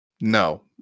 no